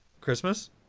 Christmas